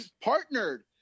partnered